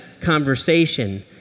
conversation